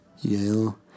Yale